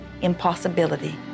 impossibility